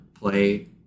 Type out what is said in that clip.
play